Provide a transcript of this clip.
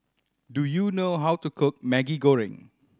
do you know how to cook Maggi Goreng